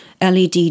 led